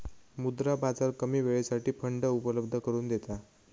मुद्रा बाजार कमी वेळेसाठी फंड उपलब्ध करून देता